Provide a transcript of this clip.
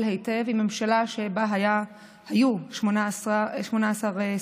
היטב עם ממשלה שבה היו בדיוק 18 שרים.